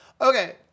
okay